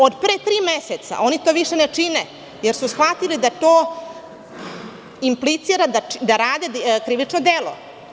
Od pre tri meseca oni to više ne čine, jer su shvatili da to implicira da rade krivično delo.